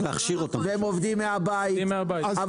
הם עובדים מהבית,